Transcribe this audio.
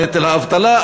נטל האבטלה,